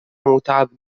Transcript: متعب